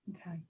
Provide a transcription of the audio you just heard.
Okay